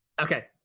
Okay